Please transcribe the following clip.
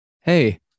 Hey